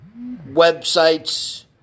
websites